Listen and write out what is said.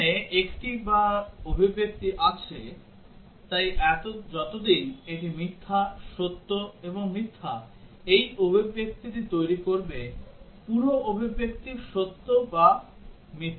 এখানে একটি বা অভিব্যক্তি আছে তাই যতদিন এটি মিথ্যা সত্য এবং মিথ্যা এই অভিব্যক্তিটি তৈরি করবে পুরো অভিব্যক্তি সত্য বা মিথ্যা